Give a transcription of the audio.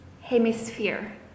hemisphere